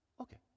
Okay